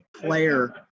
player